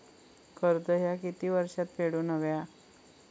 कर्ज ह्या किती वर्षात फेडून हव्या?